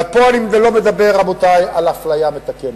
ופה אני לא מדבר על אפליה מתקנת,